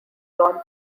gone